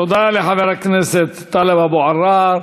תודה לחבר הכנסת טלב אבו עראר.